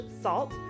salt